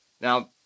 Now